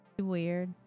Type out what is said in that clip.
Weird